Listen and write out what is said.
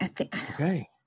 Okay